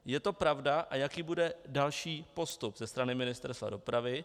Je to pravda, a jaký bude další postup ze strany Ministerstva dopravy?